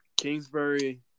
Kingsbury